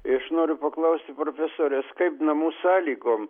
aš noriu paklausti profesorės kaip namų sąlygom